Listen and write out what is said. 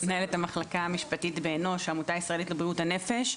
מנהלת המחלקה המשפטית ב"אנוש העמותה הישראלית לבריאות הנפש",